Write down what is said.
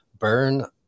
Burn